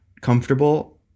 comfortable